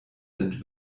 sind